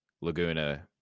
Laguna